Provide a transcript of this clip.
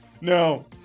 no